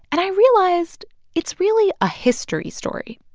and i realized it's really a history story.